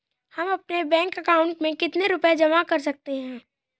हम अपने bank account में कितने रुपये जमा कर सकते हैं?